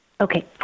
Okay